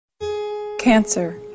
Cancer